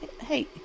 Hey